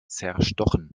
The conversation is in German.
zerstochen